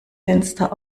fenster